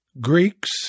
Greeks